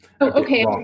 Okay